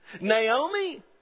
Naomi